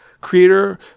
creator